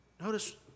Notice